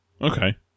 Okay